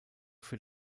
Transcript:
für